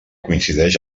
coincideix